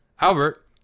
Albert